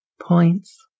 Points